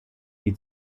die